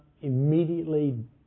immediately